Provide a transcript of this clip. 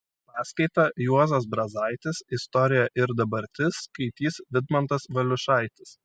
paskaitą juozas brazaitis istorija ir dabartis skaitys vidmantas valiušaitis